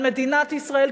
על מדינת ישראל,